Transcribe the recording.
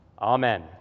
Amen